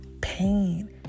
pain